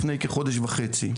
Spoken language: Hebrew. לפני כחודש וחצי,